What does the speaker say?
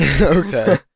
okay